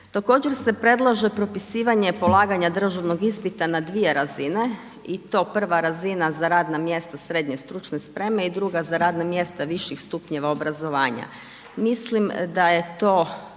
Također se predlaže propisivanje polaganja državnog ispita, na 2 razine i to prva razina za radna mjesta srednje štucne spreme i druge za radna mjesta viših stupnjeva obrazovanja. Mislim da je to